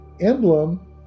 emblem